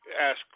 ask